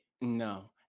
No